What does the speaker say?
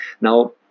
Now